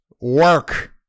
work